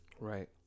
Right